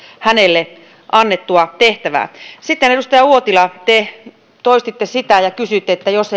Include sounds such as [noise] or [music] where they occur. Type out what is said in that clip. hänelle annettua tehtävää sitten edustaja uotila te kysyitte ja toistitte sitä että jos [unintelligible]